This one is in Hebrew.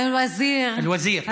אל-וזיר,